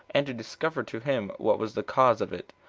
and to discover to him what was the cause of it,